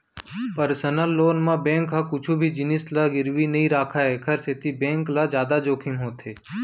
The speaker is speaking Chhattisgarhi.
परसनल लोन म बेंक ह कुछु भी जिनिस ल गिरवी नइ राखय एखर सेती बेंक ल जादा जोखिम होथे